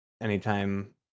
anytime